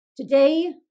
Today